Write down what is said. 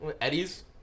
Eddie's